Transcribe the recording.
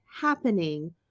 happening